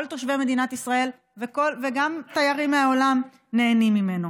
כל תושבי מדינת ישראל וגם תיירים מהעולם נהנים מהם.